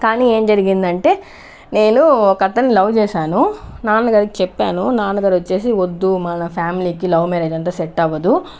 కానీ ఏం జరిగిందంటే నేను ఒక అతన్ని లవ్ చేశాను నాన్నగారికి చెప్పాను నాన్నగారు వచ్చేసి వద్దు మన ఫ్యామిలీకి లవ్ మ్యారేజ్ అంతా సెట్ అవ్వదు